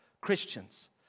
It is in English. Christians